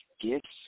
gifts